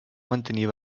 mantenir